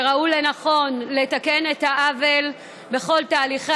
שראו לנכון לתקן את העוול בכל תהליכי